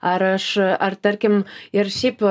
ar aš ar tarkim ir šiaip